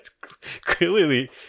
clearly